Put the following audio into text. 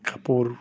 কাপোৰ